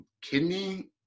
kidney